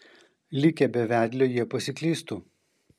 likę be vedlio jie pasiklystų